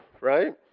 right